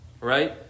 Right